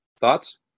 thoughts